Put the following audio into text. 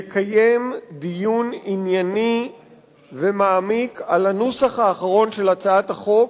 לקיים דיון ענייני ומעמיק על הנוסח האחרון של הצעת החוק,